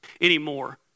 anymore